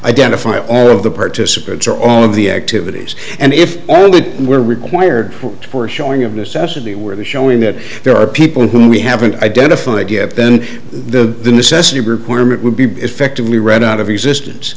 identify all of the participants or all of the activities and if only were required for showing of necessity were the showing that there are people whom we haven't identified yet then the necessity requirement would be effectively read out of existence